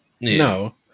no